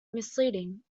misleading